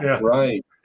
Right